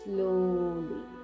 Slowly